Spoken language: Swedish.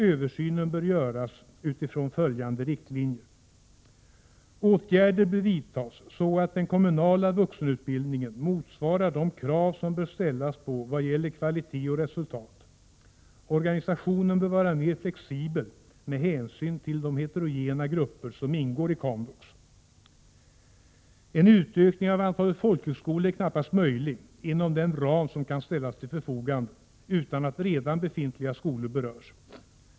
Översynen bör göras utifrån följande riktlinjer: o Åtgärder bör vidtas så att den kommunala vuxenutbildningen motsvarar de krav som bör ställas vad gäller kvalitet och resultat. Organisationen bör vara mer flexibel med hänsyn till de heterogena grupper som går i komvux. o En utökning av antalet folkhögskolor är knappast möjlig inom den ram som kan ställas till förfogande utan att redan befintliga skolor berörs.